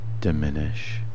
diminish